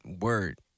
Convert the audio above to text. word